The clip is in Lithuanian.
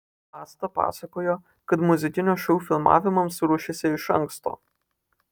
asta pasakojo kad muzikinio šou filmavimams ruošėsi iš anksto